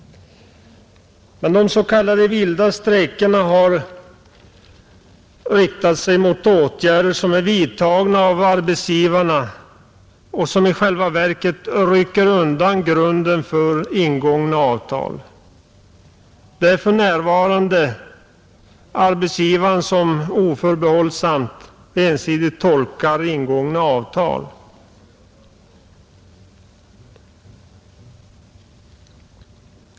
Men de s.k. vilda strejkerna har riktat sig mot åtgärder som är vidtagna av arbetsgivarna och som i själva verket rycker undan grunden för ingångna avtal. Det är för närvarande arbetsgivaren som ensidigt tolkar ingångna avtal.